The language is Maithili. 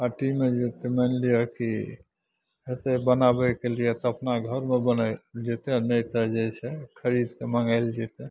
पार्टीमे जएतै मानि लिअऽ कि हेतै बनाबैके लिए तऽ अपना घरमे बनाएल जएतै आओर नहि तऽ छै खरिदके मँगाएल जएतै